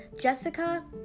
Jessica